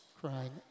crying